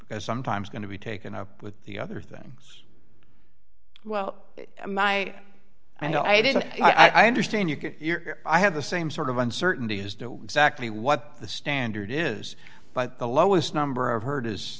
because sometimes going to be taken up with the other things well my i didn't i understand you're i have the same sort of uncertainty as to exactly what the standard is but the lowest number of herd is